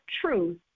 truth